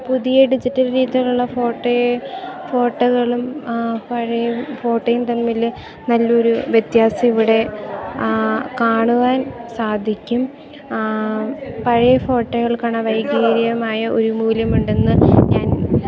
പുതിയ ഡിജിറ്റൽ രീതിയിലുള്ള ഫോട്ടോയെ ഫോട്ടോകളും പഴയ ഫോട്ടോയും തമ്മിൽ നല്ല ഒരു വ്യത്യാസം ഇവിടെ കാണുവാൻ സാധിക്കും പഴയ ഫോട്ടോകൾക്കാണ് വൈകാരികമായ ഒരു മൂല്യമുണ്ടെന്ന് ഞാൻ